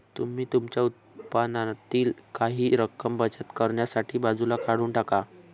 तुम्ही तुमच्या उत्पन्नातील काही रक्कम बचत करण्यासाठी बाजूला काढून टाका